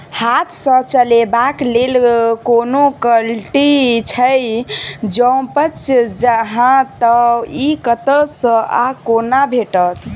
हाथ सऽ चलेबाक लेल कोनों कल्टी छै, जौंपच हाँ तऽ, इ कतह सऽ आ कोना भेटत?